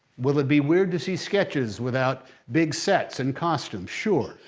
will it be weird to see sketches without big sets and costumes? sure,